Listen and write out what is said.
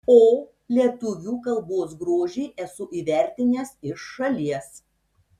o lietuvių kalbos grožį esu įvertinęs iš šalies